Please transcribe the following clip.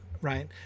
right